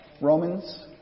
Romans